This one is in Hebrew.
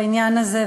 בעניין הזה,